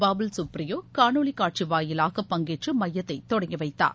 பாபுல் கப்ரியோ காணொலிக் காட்சி வாயிலாக பங்கேற்று மையத்தைத் தொடங்கி வைத்தார்